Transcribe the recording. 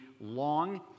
long